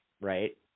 right